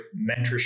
mentorship